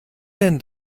denn